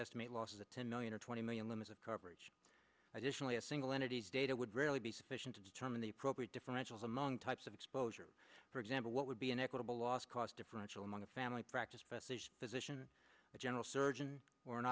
estimate losses of ten million or twenty million limits of coverage additionally a single entity data would really be sufficient to determine the appropriate differentials among types of exposure for example what would be an equitable loss cost differential among a family practice best physician a general surgeon or an